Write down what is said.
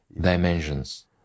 dimensions